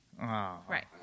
Right